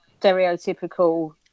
stereotypical